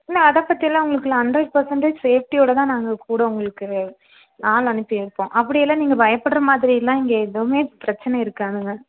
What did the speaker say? இல்லை அதைப்பத்திலாம் உங்களுக்கு இல்லை ஹண்ட்ரட் பர்ஸன்டேஜ் சேஃப்ட்டியோடு தான் நாங்கள் கூட உங்களுக்கு ஆள் அனுப்பி வைப்போம் அப்படி எல்லாம் நீங்கள் பயப்படுறமாதிரிலாம் இங்கே எதுவுமே பிரச்சனை இருக்காதுங்க